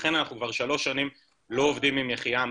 ולכן אנחנו כבר שלוש שנים לא עובדים עם יחיעם,